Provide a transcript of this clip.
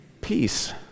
peace